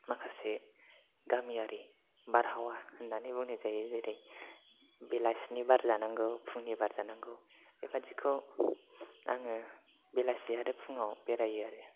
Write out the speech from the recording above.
माखासे गामियारि बारहावा होननानै बुंनाय जायो जेरै बेलासिनि बार जानांगौ फुंनि बार जानांगौ बेबादिखौ आङो बेलासि आरो फुङाव बेरायो आरो